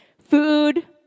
Food